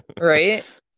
right